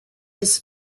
his